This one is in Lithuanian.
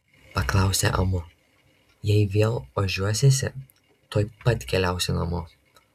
paklausė amu jei vėl ožiuosiesi tuoj pat keliausi namo